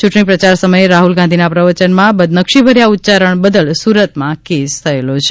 ચૂંટણી પ્રચાર સમયે રાહ્લ ગાંધીના પ્રવચનમાં બદનક્ષીભર્યા ઉચ્યારણ બદલ સુરતમાં કેસ થયેલો છે